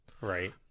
right